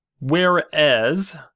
Whereas